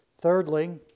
Thirdly